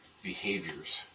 Behaviors